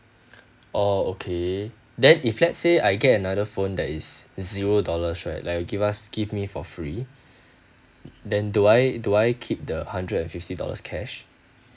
orh okay then if let's say I get another phone that is zero dollars right like you give us give me for free then do I do I keep the hundred and fifty dollars cash